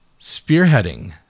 spearheading